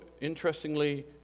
interestingly